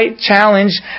challenge